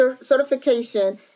certification